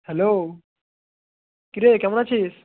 hello কী রে কেমন আছিস